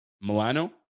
Milano